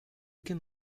can